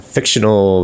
Fictional